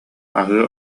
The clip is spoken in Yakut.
аһыы